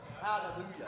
Hallelujah